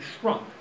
shrunk